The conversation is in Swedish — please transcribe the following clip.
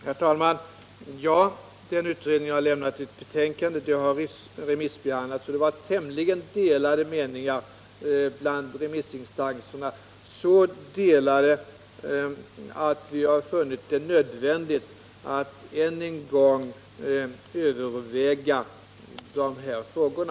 Herr talman! Ja, den utredningen har lämnat ett betänkande. Detta har remissbehandlats, och det var tämligen delade meningar bland remissinstanserna, så delade att vi har funnit det nödvändigt att än en gång överväga de här frågorna.